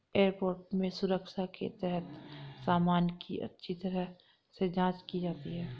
airport में सुरक्षा के तहत सामान की अच्छी तरह से जांच की जाती है